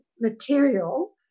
material